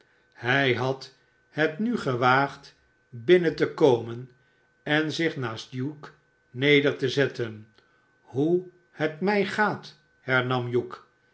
hij had het nu ge waagd binnen te komen en zich naast hugh neder te zetten hoe het mij gaat hernam hugh